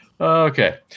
Okay